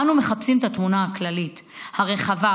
אנו מחפשים את התמונה הכללית הרחבה,